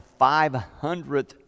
500th